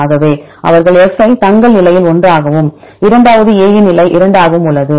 ஆகவே அவர்கள் F ஐ தங்கள் நிலையில் 1 ஆகவும் இரண்டாவது A இன் நிலை 2 ஆகவும் உள்ளது